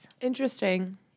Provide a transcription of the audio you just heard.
Interesting